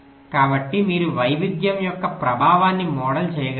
కాబట్టి మీరు వైవిధ్యం యొక్క ప్రభావాన్ని మోడల్ చేయగలిగితే